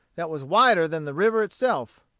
that was wider than the river itself.